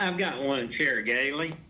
um got one chair gailey.